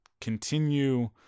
continue